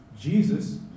Jesus